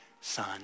son